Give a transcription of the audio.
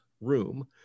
room